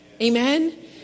Amen